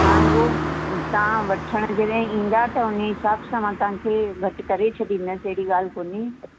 हा उहो तव्हां वठण जॾहिं ईंदा त हुन हिसाब सां मां तव्हांखे घटि करे छॾींदसि अहिड़ी ॻाल्हि कोने